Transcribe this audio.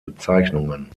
bezeichnungen